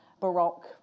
Baroque